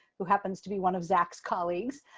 who happens to be one of zack's colleagues